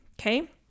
okay